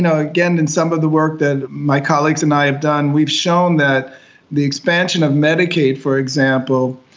and again, in some of the work that my colleagues and i have done, we've shown that the expansion of medicaid, for example,